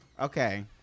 Okay